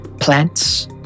plants